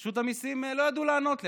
מרשות המיסים לא ידעו לענות לי,